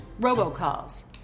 robocalls